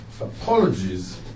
apologies